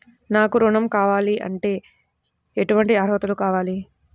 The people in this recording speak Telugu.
నాకు ఋణం కావాలంటే ఏటువంటి అర్హతలు కావాలి?